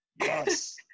Yes